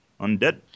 undead